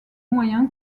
moyen